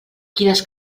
quines